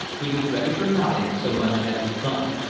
he was ready for nothing so much as his bunk.